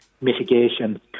mitigation